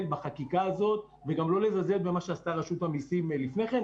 בחקיקה הזאת וגם לא לזלזל במה שעשתה רשות המיסים לפני כן,